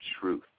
truth